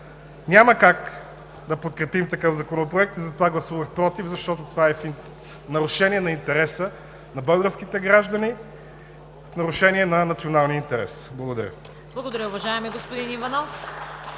Няма как да подкрепим такъв законопроект и затова гласувах „против“, защото това е в нарушение на интереса на българските граждани, в нарушение на националния интерес. Благодаря. (Ръкопляскания от „БСП за